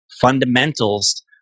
fundamentals